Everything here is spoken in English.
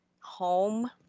home